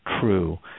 true